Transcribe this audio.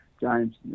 James